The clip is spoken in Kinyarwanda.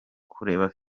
kureba